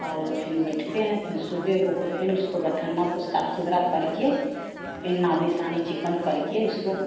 और फिर बैठते हैं फिर सुबह होकर फिर बथान्ना को साफ़ सुथरा करके फिर नाधि सनी चिकन करके